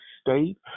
state